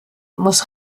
muss